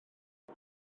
ble